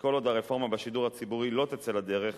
שכל עוד הרפורמה בשידור הציבורי לא תצא לדרך,